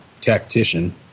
tactician